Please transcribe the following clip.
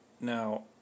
Now